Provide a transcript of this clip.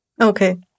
Okay